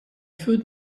foot